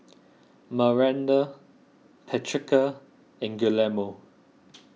Maranda Patrica and Guillermo